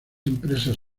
empresas